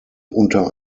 unter